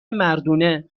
مردونه